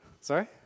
Sorry